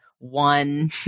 one